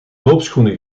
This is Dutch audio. loopschoenen